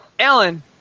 Alan